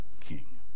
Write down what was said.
king